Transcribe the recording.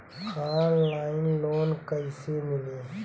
Online loan कइसे मिली?